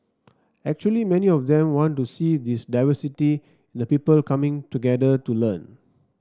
actually many of them want to see this diversity in the people coming together to learn